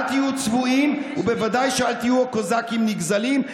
אל תהיו צבועים ובוודאי אל תהיו קוזקים נגזלים,